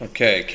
Okay